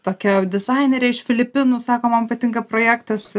tokia dizainerė iš filipinų sako man patinka projektas